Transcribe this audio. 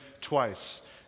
twice